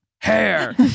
Hair